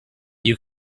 you